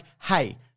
hey